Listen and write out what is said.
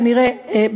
כנראה,